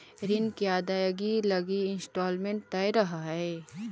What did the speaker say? ऋण के अदायगी लगी इंस्टॉलमेंट तय रहऽ हई